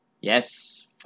Yes